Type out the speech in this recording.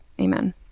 amen